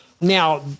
Now